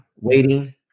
Waiting